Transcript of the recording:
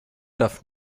darf